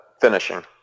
finishing